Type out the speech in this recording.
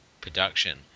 production